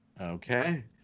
Okay